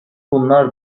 bunlar